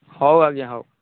ହଉ ଆଜ୍ଞା ହଉ